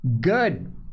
good